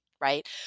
Right